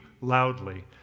loudly